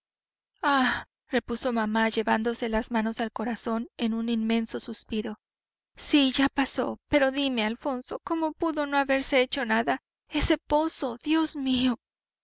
ah repuso mamá llevándose las manos al corazón en un inmenso suspiro sí ya pasó pero dime alfonso cómo pudo no haberse hecho nada ese pozo dios mío